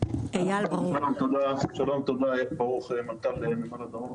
אני אייל ברוך, מנכ"ל נמל הדרום.